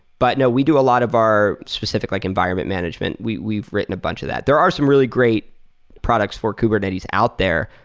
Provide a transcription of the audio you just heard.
but no, we do a lot of our specific like environment management. we've written a bunch of that. there are some really great products for kubernetes out there.